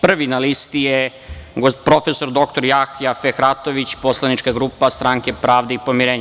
Prvi na listi je prof. dr Jahja Fehratović, poslanička grupa Stranke pravde i pomirenja.